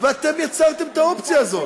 ואתם יצרתם את האופציה הזאת.